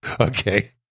Okay